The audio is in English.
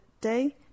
day